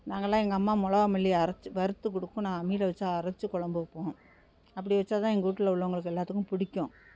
நாங்கள்லாம் எங்கள் அம்மா மிளகா மல்லி அரைச்சு வறுத்துக் கொடுக்கும் நான் அம்மியில் வெச்சு அரைச்சு கொழம்பு வைப்போம் அப்படி வெச்சால் தான் எங்கள் வீட்ல உள்ளவங்களுக்கு எல்லோத்துக்கும் பிடிக்கும்